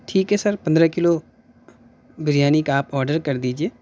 ٹھیک ہے سر پندرہ کلو بریانی کا آپ آڈر کر دیجیے